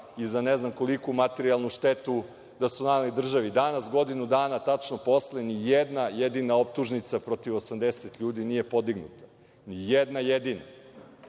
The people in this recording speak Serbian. i za ne znam koliku materijalnu štetu da su naneli državi. Danas, godinu dana tačno posle, ni jedna jedina optužnica protiv 80 ljudi nije podignuta, ni jedna